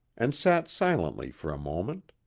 and sat silently for a moment.